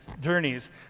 journeys